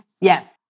yes